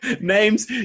Names